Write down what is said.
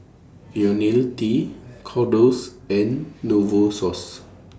Ionil T Kordel's and Novosource